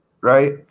right